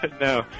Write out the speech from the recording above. no